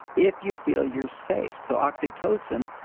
if you feel you're safe. so, oxytocin,